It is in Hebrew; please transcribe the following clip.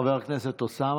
חבר הכנסת אוסאמה.